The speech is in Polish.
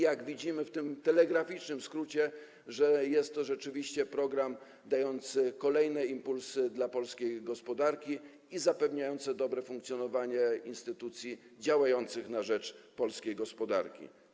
Jak widzimy, w tym telegraficznym skrócie, jest to rzeczywiście program dający kolejne impulsy dla polskiej gospodarki i zapewniający dobre funkcjonowanie instytucji działających na rzecz polskiej gospodarki.